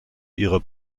ihrer